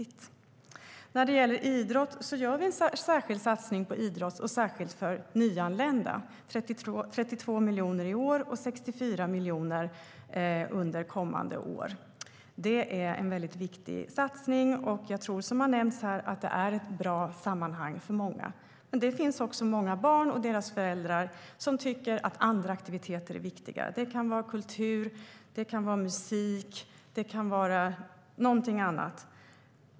När det gäller idrott gör vi en särskild satsning på idrott, speciellt för nyanlända. Vi satsar 32 miljoner i år och 64 miljoner under kommande år. Det är en mycket viktig satsning, och som nämnts är det ett bra sammanhang för många. Men det finns också många barn och deras föräldrar som tycker att andra aktiviteter är viktiga. Det kan vara kultur, musik, någonting annat.